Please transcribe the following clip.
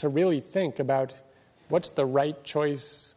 to really think about what's the right choice